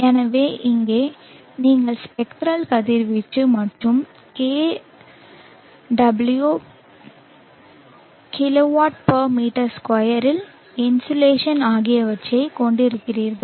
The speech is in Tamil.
எனவே இங்கே நீங்கள் ஸ்பெக்ட்ரல் கதிர்வீச்சு மற்றும் kW m2 இல் இன்சோலேஷன் ஆகியவற்றைக் கொண்டிருக்கிறீர்கள்